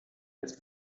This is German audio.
des